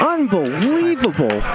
Unbelievable